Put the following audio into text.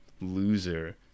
loser